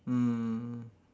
mm